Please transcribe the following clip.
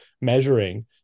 measuring